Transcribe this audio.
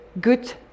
good